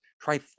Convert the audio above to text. try